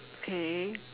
okay